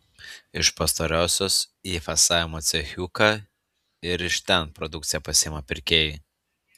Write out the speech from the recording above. iš pastarosios į fasavimo cechiuką ir iš ten produkciją pasiima pirkėjai